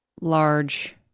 large